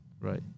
Right